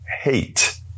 hate